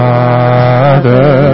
Father